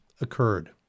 occurred